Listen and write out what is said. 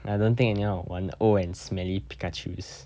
I don't think anyone would want old and smelly pikachus